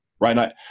right